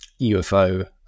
UFO